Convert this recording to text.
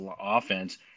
offense